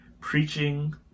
preaching